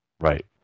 Right